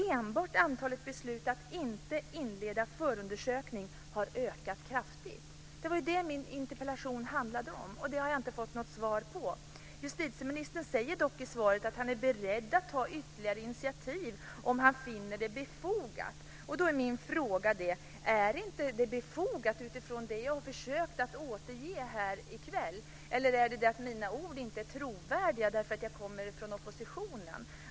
Enbart antalet beslut att inte inleda förundersökning har ökat kraftigt. Det var ju det min interpellation handlade om! Det har jag inte fått något svar på. Justitieministern säger dock i svaret att han är beredd att ta ytterligare initiativ om han finner det befogat. Då är min fråga: Är det inte befogat utifrån det jag har försökt att återge här i kväll? Eller är det så att mina ord inte är trovärdiga därför att jag kommer från oppositionen?